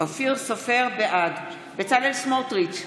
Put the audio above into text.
בעד בצלאל סמוטריץ'